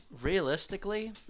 Realistically